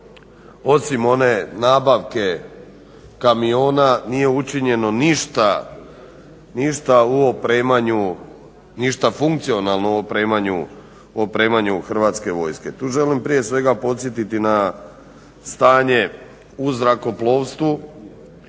osim one nabavke kamiona nije učinjeno ništa u opremanju, ništa funkcionalno u opremanju Hrvatske vojske. Tu želim prije svega podsjetiti na stanje u zrakoplovstvu,